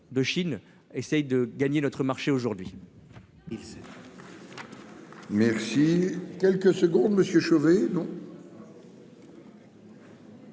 de Chine, essaie de gagner notre marché aujourd'hui.